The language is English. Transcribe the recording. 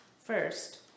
First